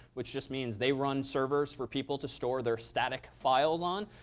which just means they run servers for people to store their static files on.